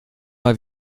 mal